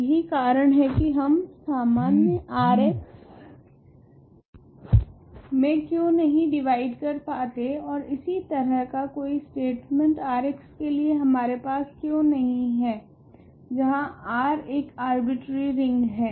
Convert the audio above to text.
तो यही कारण है की हम सामान्य R मे क्यो नहीं डिवाइड कर पते ओर इसी तरह का कोई स्टेटमेंट R के लिए हमारे पास क्यो नहीं है जहां R एक अर्बिट्ररी रिंग हैं